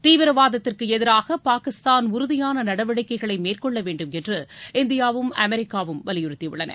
தீவிரவாதத்திற்கு எதிராக பாகிஸ்தான் உறுதியான நடவடிக்கைகளை மேற்கொள்ள வேண்டும் என்று இந்தியாவும் அமெரிக்காவும் வலியுறுத்தி உள்ளன